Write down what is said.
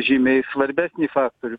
žymiai svarbesnį faktorių